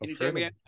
Okay